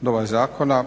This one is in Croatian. nova zakona